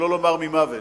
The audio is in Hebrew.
שלא לומר ממוות.